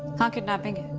ah kidnapping.